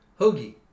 Hoagie